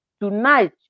Tonight